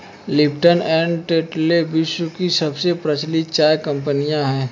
Lipton and Tetley विश्व की सबसे प्रचलित चाय कंपनियां है